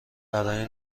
برای